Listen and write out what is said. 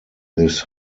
this